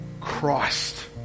Christ